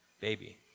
baby